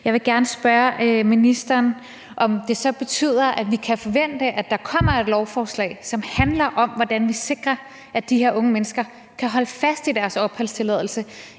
Jeg vil gerne spørge ministeren, om det så betyder, at vi kan forvente, at der kommer et lovforslag, som handler om, hvordan vi sikrer, at de her unge mennesker kan holde fast i deres opholdstilladelse.